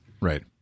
Right